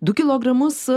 du kilogramus